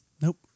Nope